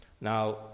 Now